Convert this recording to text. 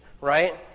right